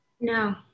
No